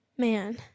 Man